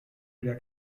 wieder